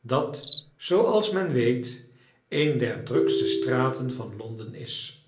dat zooals men weet een der drukste straten van londen is